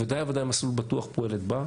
ודאי וודאי "מסלול בטוח" פועלת בה,